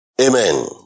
Amen